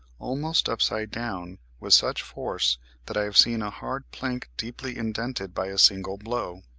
almost upside down, with such force that i have seen a hard plank deeply indented by a single blow.